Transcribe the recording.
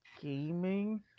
gaming